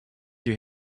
you